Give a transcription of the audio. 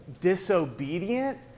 disobedient